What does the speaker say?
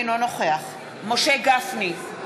אינו נוכח משה גפני,